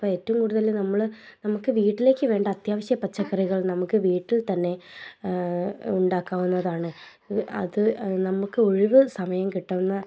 അപ്പം ഏറ്റവും കൂടുതൽ നമ്മൾ നമുക്ക് വീട്ടിലേക്ക് വേണ്ട അത്യാവശ്യ പച്ചക്കറികൾ നമുക്ക് വീട്ടിൽ തന്നെ ഉണ്ടാക്കാവുന്നതാണ് അത് നമുക്ക് ഒഴിവ് സമയം കിട്ടുന്ന